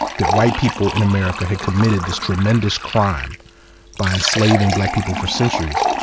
that white people in america had committed this tremendous crime by enslaving black people for centuries.